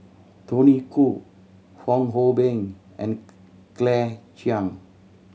Tony Khoo Fong Hoe Beng and Claire Chiang